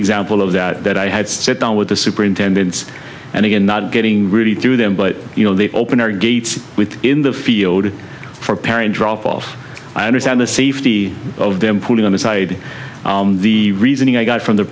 example of that that i had sit down with the superintendents and again not getting really through them but you know they open our gates with in the field for perry drop off i understand the safety of them putting aside the reasoning i got from the